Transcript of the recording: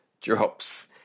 drops